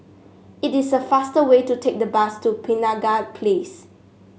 it is a fast way to take the bus to Penaga Place